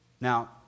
Now